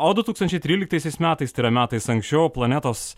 o du tūkstančiai tryliktaisiais metais tai yra metais anksčiau planetos